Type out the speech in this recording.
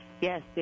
Yes